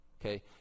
okay